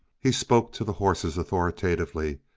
he spoke to the horses authoritatively,